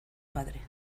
padre